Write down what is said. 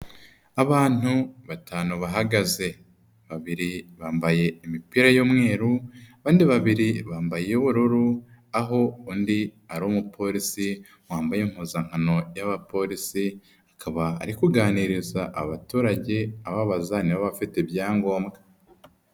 Abantu batanu bahagaze, babiri bambaye imipira y'umweru, abandi babiri bambaye iy'ubururu, aho undi ari umupolisi, wambaye impuzankano y'abapolisi, akaba ari kuganiriza abaturage, ababaza niba afite ibyangombwa.